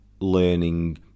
learning